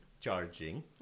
charging